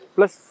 Plus